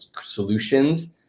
solutions